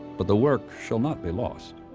but the work shall not be lost